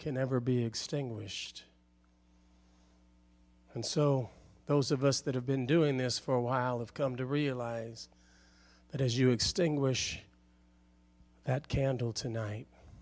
can ever be extinguished and so those of us that have been doing this for a while have come to realize that as you extinguish that candle tonight